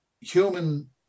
human